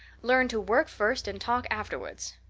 learn to work first and talk afterwards.